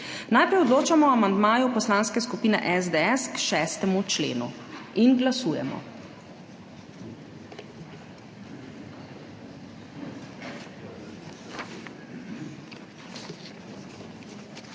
Najprej odločamo o amandmaju Poslanske skupine SDS k 6. členu. Glasujemo.